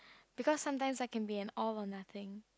because sometimes I can be an all or nothing